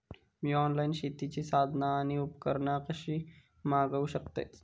मी online शेतीची साधना आणि उपकरणा कशी मागव शकतय?